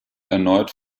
erneut